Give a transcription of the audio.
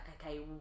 okay